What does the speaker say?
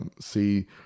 see